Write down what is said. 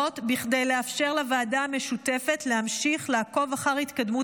כדי לאפשר לוועדה המשותפת להמשיך לעקוב אחר התקדמות